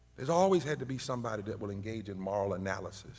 there's always had to be somebody that will engage in moral analysis